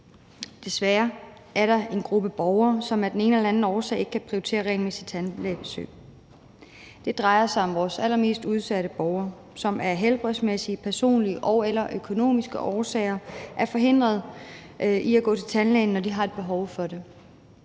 Desværre er der en gruppe borgere, som af den ene eller den anden årsag ikke kan prioritere regelmæssige tandlægebesøg. Det drejer sig om vores allermest udsatte borgere, som af helbredsmæssige, personlige og/eller økonomiske årsager er forhindret i at gå til tandlægen, når de har et behov for det.